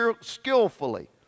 skillfully